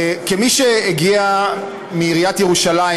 כמי שהגיע מעיריית ירושלים,